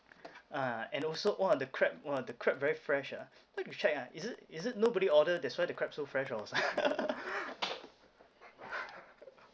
ah and also !wah! the crab !wah! the crab very fresh ah like to check ah is it is it nobody order that's why the crab so fresh or